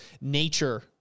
nature